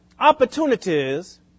opportunities